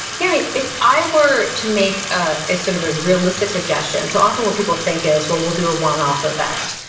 yeah, i mean, if i were to make ah a sort of a realistic suggestion, so, often what people think is, well, we'll do a one-off event.